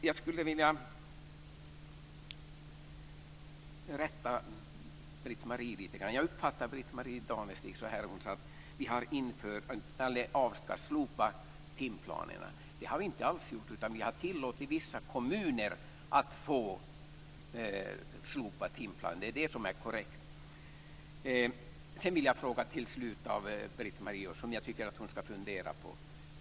Jag skulle vilja rätta Britt-Marie Danestig lite grann. Jag uppfattade att hon sade att vi ska slopa timplanerna. Det har vi inte alls gjort, utan vi har tillåtit vissa kommuner att få slopa timplanen. Det är det som är korrekt. Marie Danestig som jag tycker att hon ska fundera på.